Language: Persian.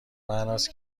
معناست